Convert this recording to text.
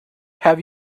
have